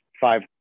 five